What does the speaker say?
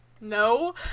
no